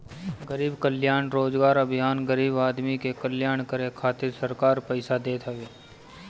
गरीब कल्याण रोजगार अभियान गरीब आदमी के कल्याण करे खातिर सरकार पईसा देत हवे